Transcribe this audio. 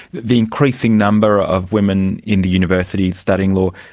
the increasing number of women in the universities studying law,